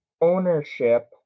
ownership